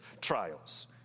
trials